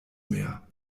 mehr